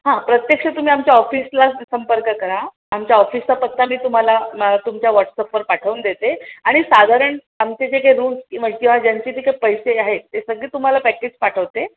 हां प्रत्यक्ष तुम्ही आमच्या ऑफिसला संपर्क करा आमच्या ऑफिसचा पत्ता मी तुम्हाला मा तुमच्या वॉट्सअपवर पाठवून देते आणि साधारण आमचे जे काही रूम्स किंवा किंवा ज्यांचे जे काही पैसे आहेत ते सगळे तुम्हाला पॅकेज पाठवते